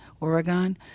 Oregon